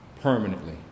permanently